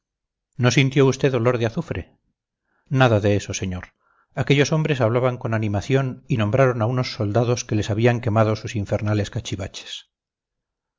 no sintió usted olor de azufre nada de eso señor aquellos hombres hablaban con animación y nombraron a unos soldados que les habían quemado sus infernales cachivaches